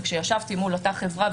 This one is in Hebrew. וכשישבתי מול אותה חברה,